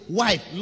wife